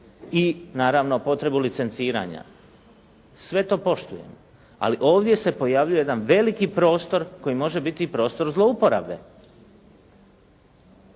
i naravno potrebu licenciranja. Sve to poštujemo, ali ovdje se pojavljuje jedan veliki prostor koji može biti prostor zlouporabe.